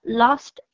lost